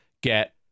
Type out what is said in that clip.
get